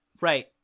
Right